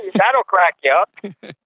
that'll crack you up.